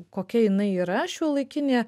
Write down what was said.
kokia jinai yra šiuolaikinė